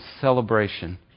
celebration